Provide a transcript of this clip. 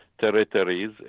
territories